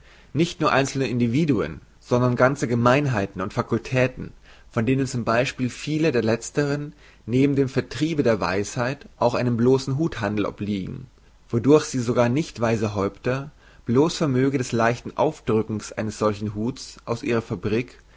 nicht nur einzelne individuen sondern ganze gemeinheiten und fakultäten von denen z b viele der lezteren neben dem vertriebe der weisheit auch einem bloßen huthhandel obliegen wodurch sie sogar nicht weise häupter bloß vermöge des leichten aufdrückens eines solchen huthes aus ihrer fabrik